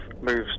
moves